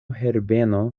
herbeno